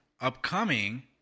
upcoming